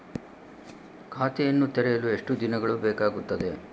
ಖಾತೆಯನ್ನು ತೆರೆಯಲು ಎಷ್ಟು ದಿನಗಳು ಬೇಕಾಗುತ್ತದೆ?